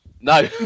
No